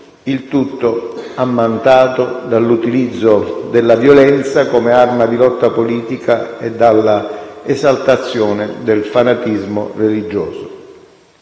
il tutto ammantato dall'utilizzo della violenza come arma di lotta politica e dall'esaltazione del fanatismo religioso.